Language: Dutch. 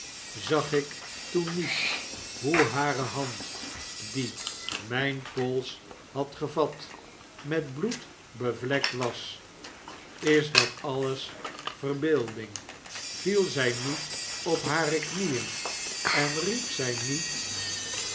zag ik toen niet hoe hare hand die mijn pols had gevat met bloed bevlekt was is dat alles verbeelding viel zij niet op hare knieen en riep zij met